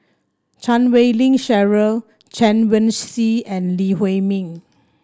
Chan Wei Ling Cheryl Chen Wen Hsi and Lee Huei Min